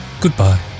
Goodbye